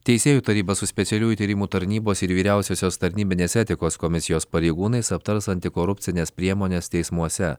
teisėjų taryba su specialiųjų tyrimų tarnybos ir vyriausiosios tarnybinės etikos komisijos pareigūnais aptars antikorupcines priemones teismuose